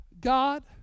God